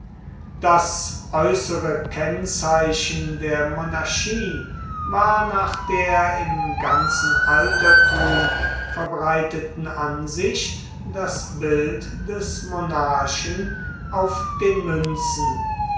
das äußere kennzeichen der monarchie war nach der im ganzen altertum verbreiteten ansicht das bild des monarchen auf den münzen